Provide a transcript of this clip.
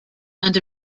and